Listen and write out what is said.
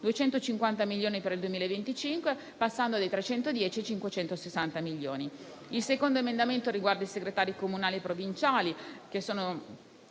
250 milioni per il 2025, passando dai 310 ai 560 milioni. Il secondo emendamento riguarda i segretari comunali e provinciali. È aumentata